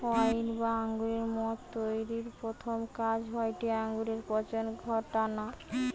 wine বা আঙুরের মদ তৈরির প্রথম কাজ হয়টে আঙুরে পচন ঘটানা